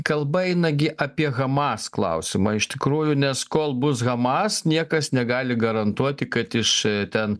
kalba eina gi apie hamas klausimą iš tikrųjų nes kol bus hamas niekas negali garantuoti kad iš ten